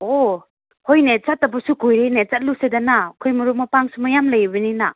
ꯑꯣ ꯍꯣꯏꯅꯦ ꯆꯠꯇꯕꯁꯨ ꯀꯨꯏꯔꯦꯅꯦ ꯆꯠꯂꯨꯁꯦ ꯆꯠꯂꯨꯁꯤꯗꯅ ꯑꯩꯈꯣꯏ ꯃꯔꯨꯞ ꯃꯄꯥꯡꯁꯨ ꯃꯌꯥꯝ ꯂꯩꯕꯅꯤꯅ